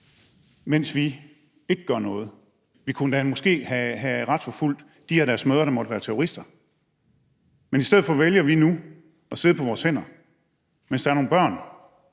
hvis vi ikke gør noget. Vi kunne måske endda have retsforfulgt dem af deres mødre, der måtte være terrorister, men i stedet for vælger vi nu at sidde på vores hænder, mens der er nogle børn,